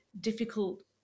difficult